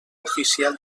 oficial